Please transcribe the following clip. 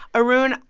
arun,